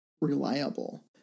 reliable